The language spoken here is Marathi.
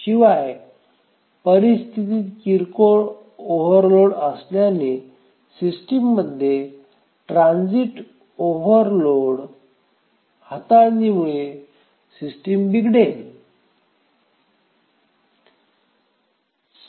शिवाय परिस्थितीत किरकोळ ओव्हरलोड असल्यास सिस्टममध्ये ट्रान्झिंट ओव्हरलोड हाताळणीमुळे सिस्टम बिघडेल